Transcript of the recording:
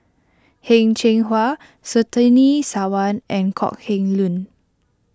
Heng Cheng Hwa Surtini Sarwan and Kok Heng Leun